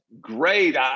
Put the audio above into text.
great